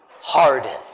Hardened